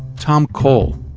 tom cole.